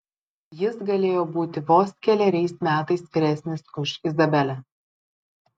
jis galėjo būti vos keleriais metais vyresnis už izabelę